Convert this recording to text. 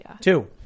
two